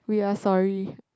we are sorry